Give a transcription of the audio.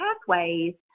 pathways